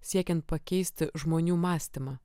siekiant pakeisti žmonių mąstymą